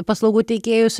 paslaugų teikėjus